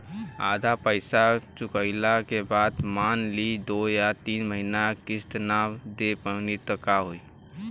आधा पईसा चुकइला के बाद मान ली दो या तीन महिना किश्त ना दे पैनी त का होई?